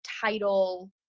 title